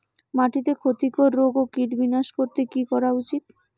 মাটিতে ক্ষতি কর রোগ ও কীট বিনাশ করতে কি করা উচিৎ?